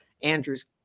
Andrew's